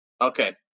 Okay